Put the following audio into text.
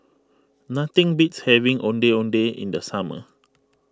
nothing beats having Ondeh Ondeh in the summer